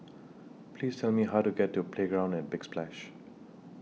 Please Tell Me How to get to Playground At Big Splash